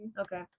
Okay